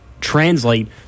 translate